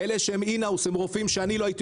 אלה שהם אין-האוז הם רופאים שאני לא הייתי